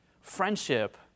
Friendship